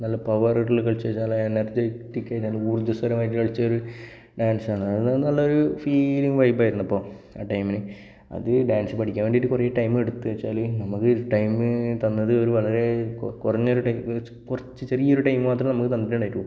നല്ല പവറുള്ള കളിച്ച് കഴിഞ്ഞാൽ എനർജെറ്റിക് ആയിട്ട് ഊർജസ്വലമായിട്ട് കളിച്ച ഒരു ഡാൻസാണ് നല്ലൊരു ഫീല് ഫീലിംഗ് വൈബ് ആയിരുന്നു അപ്പോൾ ആ ടൈമിന് അത് ഡാൻസ് പഠിക്കാൻ വേണ്ടിയിട്ട് കുറേ ടൈം എടുത്തു എന്നുവച്ചാൽ നമ്മൾക്ക് ടൈം തന്നത് ഒരു വളരെ കുറഞ്ഞൊരു ടൈംമ് കുറച്ച് ചെറിയൊരു ടൈം മാത്രമേ നമ്മൾക്ക് തന്നിട്ടുണ്ടായിട്ടുള്ളു